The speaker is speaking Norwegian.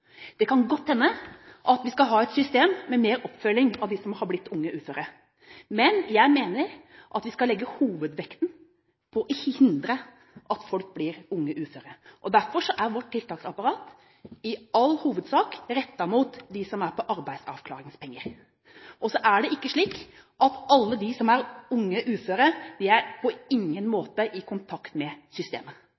Det kan godt hende at vi skal ha et system med mer oppfølging av dem som har blitt unge uføre, men jeg mener at vi skal legge hovedvekten på å hindre at unge blir uføre. Derfor er vårt tiltaksapparat i all hovedsak rettet inn mot dem som går på arbeidsavklaringspenger. Så er det ikke slik at alle de som er unge uføre, ikke på noen måte er